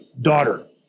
daughter